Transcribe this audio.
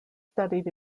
studied